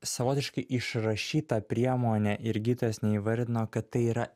savotiškai išrašyta priemonė ir gydytojas neįvardino kad tai yra